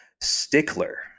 stickler